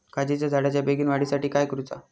काजीच्या झाडाच्या बेगीन वाढी साठी काय करूचा?